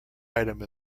item